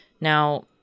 Now